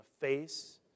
face